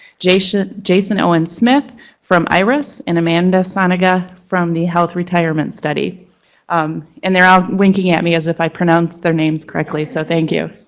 jason jason owen smith from iris and amanda sonegga from the health retirement study and they're all winking at me as if i pronounced their names correctly, so thank you.